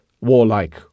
warlike